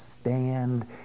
stand